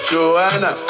Joanna